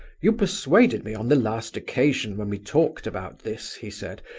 you persuaded me on the last occasion when we talked about this he said,